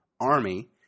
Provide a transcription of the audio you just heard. army